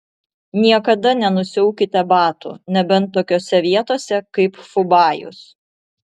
niekada nenusiaukite batų nebent tokiose vietose kaip fubajus